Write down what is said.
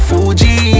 Fuji